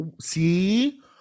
see